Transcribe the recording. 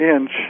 inch